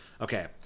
okay